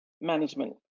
management